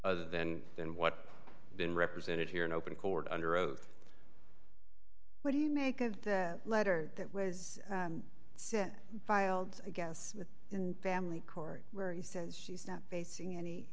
other than than what been represented here in open court under oath what do you make of that letter that was filed against smith in family court where he says she's not facing any